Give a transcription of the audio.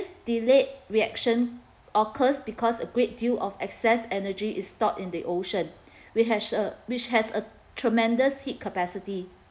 delayed reaction occurs because a great deal of excess energy is stored in the ocean which has a uh which has a tremendous heat capacity